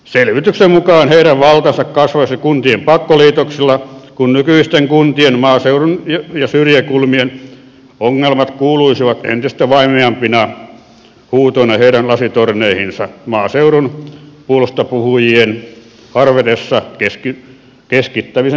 selvityksen mukaan heidän valtansa kasvaisi kuntien pakkoliitoksilla kun nykyisten kuntien maaseudun ja syrjäkulmien ongelmat kuuluisivat entistä vaimeampina huutoina heidän lasitorneihinsa maaseudun puolestapuhujien harvetessa keskittämisen seurauksena